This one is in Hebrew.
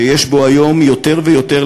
שיש בו היום יותר ויותר,